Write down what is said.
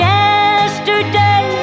yesterday